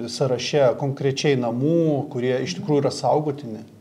sąraše konkrečiai namų kurie iš tikrųjų yra saugotini